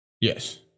Yes